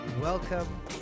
welcome